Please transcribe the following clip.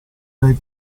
dai